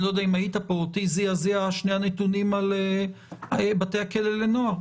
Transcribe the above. אני לא יודע אם היית פה אותי זעזע שני הנתונים על בתי הכלא לנוער.